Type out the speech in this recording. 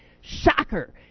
shocker